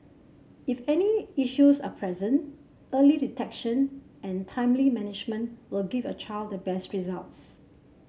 if any issues are present early detection and timely management will give your child the best results